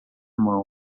mão